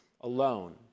alone